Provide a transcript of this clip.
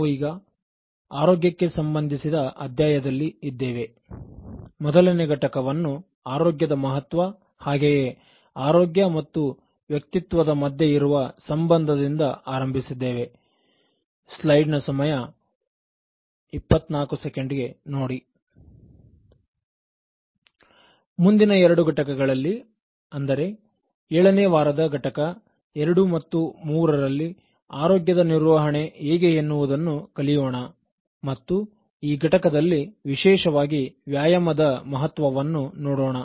ನಾವು ಈಗ ಆರೋಗ್ಯಕ್ಕೆ ಸಂಬಂಧಿಸಿದ ಅಧ್ಯಾಯದಲ್ಲಿ ಇದ್ದೇವೆ ಮೊದಲನೇ ಘಟಕವನ್ನು ಆರೋಗ್ಯದ ಮಹತ್ವ ಹಾಗೆಯೇ ಆರೋಗ್ಯ ಮತ್ತು ವ್ಯಕ್ತಿತ್ವದ ಮಧ್ಯೆ ಇರುವ ಸಂಬಂಧದಿಂದ ಆರಂಭಿಸಿದ್ದೇವೆ ಮುಂದಿನ ಎರಡುಘಟಕಗಳಲ್ಲಿ ಅಂದರೆ ಏಳನೇ ವಾರದ ಘಟಕ 2 ಮತ್ತು 3 ಗಳಲ್ಲಿ ಆರೋಗ್ಯದ ನಿರ್ವಹಣೆ ಹೇಗೆ ಎನ್ನುವುದನ್ನು ಕಲಿಯೋಣ ಮತ್ತು ಈ ಘಟಕದಲ್ಲಿ ವಿಶೇಷವಾಗಿ ವ್ಯಾಯಾಮದ ಮಹತ್ವವನ್ನು ನೋಡೋಣ